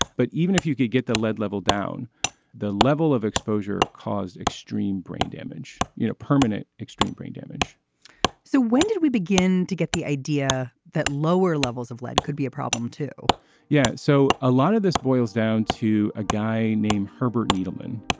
but even if you could get the lead level down the level of exposure caused extreme brain damage you know permanent extreme brain damage so when did we begin to get the idea that lower levels of lead could be a problem too yeah. so a lot of this boils down to a guy named herbert needleman.